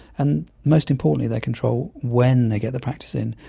and most importantly they control when they get the practice in.